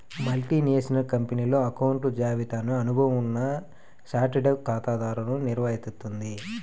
multinational కంపెనీలు అకౌంట్ల జాబితాను అనుభవం ఉన్న చార్టెడ్ ఖాతా ద్వారా నిర్వహిత్తుంది